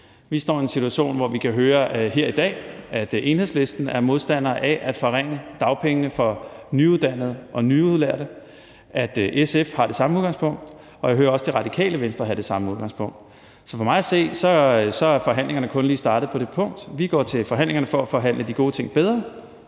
Vi står i en situation, hvor vi kan høre her i dag, at Enhedslisten er modstander af at forringe dagpengene for nyuddannede og nyudlærte, at SF har det samme udgangspunkt, og jeg hører også Det Radikale Venstre have det samme udgangspunkt. Så for mig at se er forhandlingerne kun lige startet på det punkt. Vi går til forhandlingerne for at forhandle de gode ting bedre